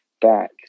back